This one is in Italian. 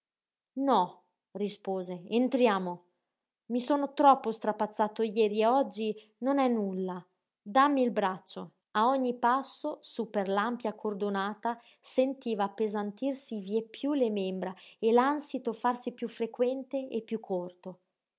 no rispose entriamo i sono troppo strapazzato jeri e oggi non è nulla dammi il braccio a ogni passo sú per l'ampia cordonata sentiva appesantirsi vieppiú le membra e l'ànsito farsi piú frequente e piú corto